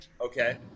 okay